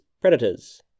predators